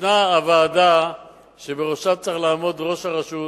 ישנה הוועדה שבראשה צריך לעמוד ראש הרשות